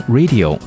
Radio